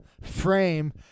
frame